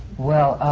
well,